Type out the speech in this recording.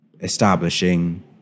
establishing